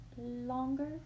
longer